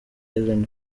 ellen